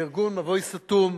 לארגון "מבוי סתום"